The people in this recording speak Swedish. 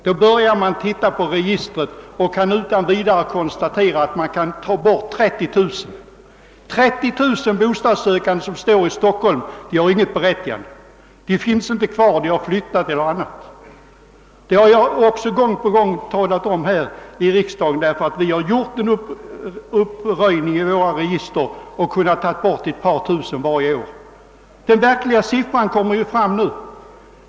Man börjar då att titta på registret och kan utan vidare konstatera att man kan ta bort 30 000. Det är 30 000 bostadssökande som står antecknade i Stockholm men som inte har något berättigande. De finns inte kvar, de har flyttat eller försvunnit på annat sätt. Jag har gång på gång här i riksdagen talat om att vi har gjort en uppröjning i våra register och där kunnat ta bort ett par tusen varje år. Den verkliga siffran kommer nu fram.